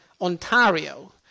Ontario